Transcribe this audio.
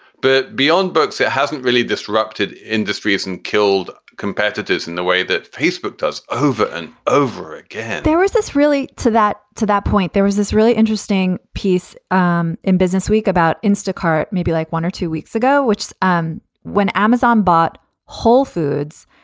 but beyond books, it hasn't really disrupted industry, hasn't and killed competitors in the way that facebook does. over and over again, there is this really to that to that point there is this really interesting piece um in businessweek about instore car, maybe like one or two weeks ago, which um when amazon bought wholefoods,